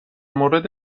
مورد